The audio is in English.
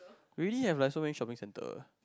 we already have like so many shopping centre